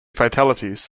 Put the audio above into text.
fatalities